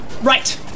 Right